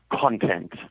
content